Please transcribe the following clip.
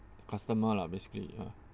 customer lah basically ya